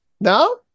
No